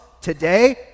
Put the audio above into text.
today